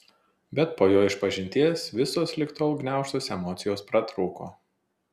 bet po jo išpažinties visos lig tol gniaužtos emocijos pratrūko